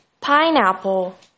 pineapple